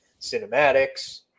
cinematics